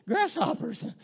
Grasshoppers